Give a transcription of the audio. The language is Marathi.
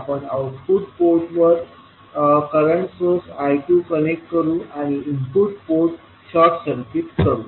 आपण आऊटपुट पोर्टवर करंट सोर्स I2कनेक्ट करू आणि इनपुट पोर्ट शॉर्ट सर्किट करू